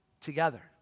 together